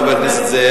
חבר הכנסת זאב.